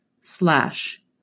slash